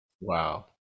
wow